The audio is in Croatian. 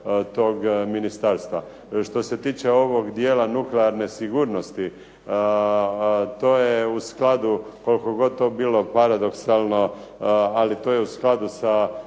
tog ministarstva. Što se tiče ovog dijela nuklearne sigurnosti to je u skladu koliko god to bilo paradoksalno, ali to je u skladu sa